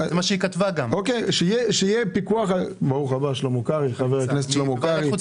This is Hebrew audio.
אני הייתי עד עכשיו בוועדת חוץ